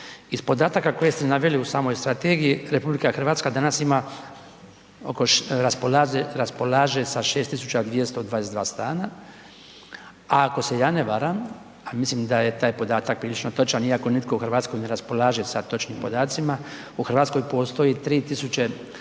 Iz podataka koje ste naveli u samoj strategiji, RH danas ima oko, raspolaže sa 6 222 stana, a ako se ja ne varam, a mislim da je taj podatak prilično točan iako nitko u Hrvatskoj ne raspolaže sa točnim podacima, u Hrvatskoj postoji 3